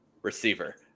receiver